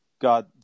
God